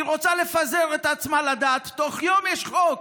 כשהיא רוצה לפזר את עצמה לדעת, בתוך יום יש חוק.